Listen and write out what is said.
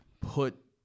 put